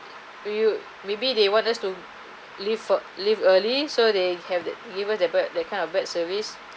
you maybe they want us to leave for leave early so they have that given that b~ that kind of bad service